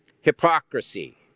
hypocrisy